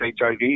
HIV